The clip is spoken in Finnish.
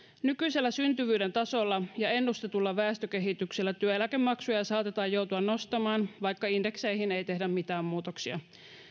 nykyisellä syntyvyyden tasolla ja ennustetulla väestökehityksellä työeläkemaksuja saatetaan joutua nostamaan vaikka indekseihin ei tehdä mitään muutoksia